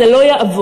זה לא יעבוד.